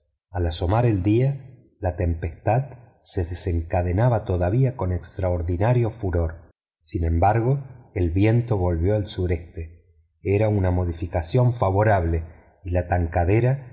olas al asomar el día la tempestad se desencadenaba todavía con extraordinario furor sin embargo el viento volvió al sureste era una modificación favorable y la tankadera